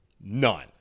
None